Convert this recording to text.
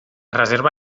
reserva